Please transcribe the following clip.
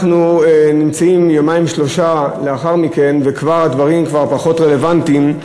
אנחנו נמצאים יומיים-שלושה לאחר מכן וכבר הדברים פחות רלוונטיים.